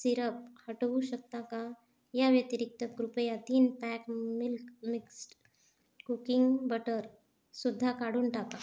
syrup हटवू शकता का या व्यतिरिक्त कृपया तीन पॅक मिल्क मिक्स्ट कुकिंग बटरसुद्धा काढून टाका